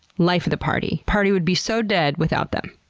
life of the party. party would be so dead without them.